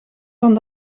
van